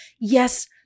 Yes